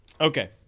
Okay